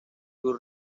sus